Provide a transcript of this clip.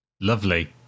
Lovely